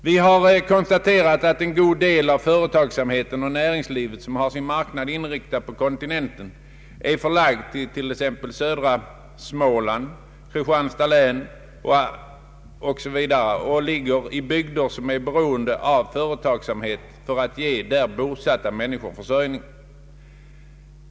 Vi har konstaterat att en god del av företagsamheten och näringslivet som har sin marknad inriktad på kontinenten är förlagd till t.ex. södra Småland och Kristianstads län och alltså ligger i bygder som är beroende av företagsamhet för att ge där bosatta människor försörjning.